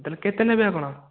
ତାହେଲେ କେତେ ନେବେ ଆପଣ